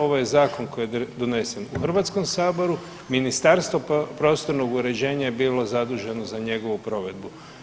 Ovo je zakon koji je donesen u Hrvatskom saboru, Ministarstvo prostornog uređenja je bilo zaduženo za njegovu provedbu.